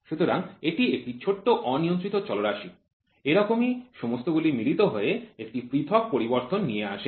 সুতরাং এটি একটি ছোট অনিয়ন্ত্রিত চলরাশি এরকমই সমস্তগুলি মিলিত হয়ে একটি পৃথক পরিবর্তন নিয়ে আসে